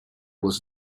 was